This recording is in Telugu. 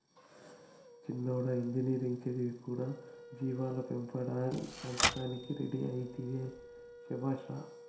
చిన్నోడా ఇంజనీరింగ్ చదివి కూడా జీవాల పెంపకానికి రెడీ అయితివే శభాష్ రా